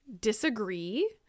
disagree